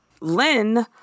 Lynn